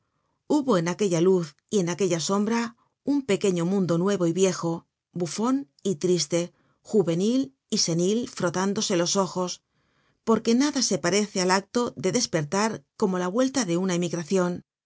hubo en aquella luz y en aquella sombra un pequeño mundo nuevo y viejo bufon y triste juvenil y senil frotándose los ojos porque nada se parece al acto de despertar como la vuelta de una emigracion